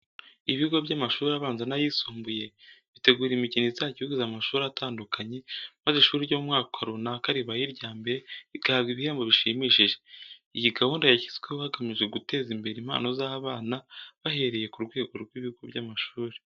Ibigo by'amashuri abanza n'ayisumbuye bitegura imikino izajya ihuza amashuri atandukanye, maze ishuri ryo mu mwaka runaka ribaye irya mbere rigahabwa ibihembo bishimishije. Iyi gahunda yashyizweho hagamijwe guteza imbere impano z'abana bahereye ku rwego rw'ibigo by'amashuri.